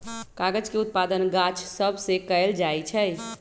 कागज के उत्पादन गाछ सभ से कएल जाइ छइ